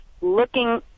looking